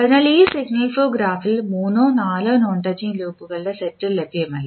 അതിനാൽ ഈ signal flow ഗ്രാഫിൽ മൂന്നോ നാലോ നോൺ ടച്ചിംഗ് ലൂപ്പുകളുടെ സെറ്റ് ലഭ്യമല്ല